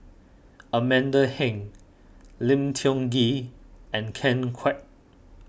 Amanda Heng Lim Tiong Ghee and Ken Kwek